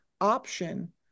option